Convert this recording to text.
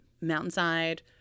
mountainside